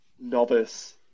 novice